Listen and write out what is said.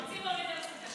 מרצים באוניברסיטה,